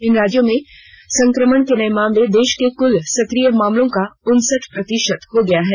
इन राज्यों में संक्रमण के नए मामले देश के कुल सक्रिय मामलों का उनसठ प्रतिशत हो गए हैं